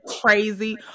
crazy